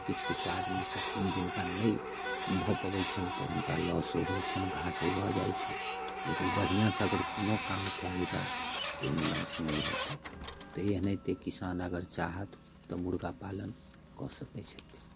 किछु किछु आदमी छथिन जिनका नहि भऽ पबै छनि तऽ हुनका लॉसो होइ छनि घाटो भऽ जाइ छनि लेकिन बढ़िआँसँ अगर कोनो काम कयल जाइ तऽ ओइमे लॉस नहि हेतै तऽ एनाहिते किसान अगर चाहत तऽ मुर्गा पालन कऽ सकै छथि